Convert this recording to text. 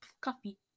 coffee